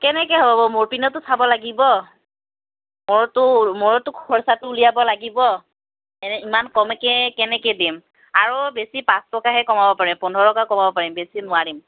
কেনেকৈ হ'ব মোৰ পিনেওটো চাব লাগিব মোৰতো মোৰোতো খৰচটো উলিয়াব লাগিব এনে ইমান কমকৈ কেনেকৈ দিম আৰু বেছি পাঁচ টকাহে কমাব পাৰিম পোন্ধৰকৈ কমাব পাৰিম আৰু নোৱাৰিম